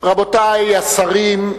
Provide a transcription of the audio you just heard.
רבותי השרים,